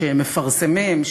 שהם מפרסמים,